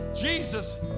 Jesus